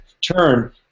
turn